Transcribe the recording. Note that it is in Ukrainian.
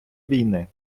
війни